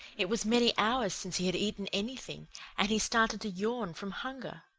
it was many hours since he had eaten anything and he started to yawn from hunger.